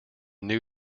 new